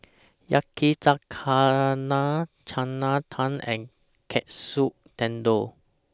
Yakizakana Chana Dal and Katsu Tendon